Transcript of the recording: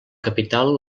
capital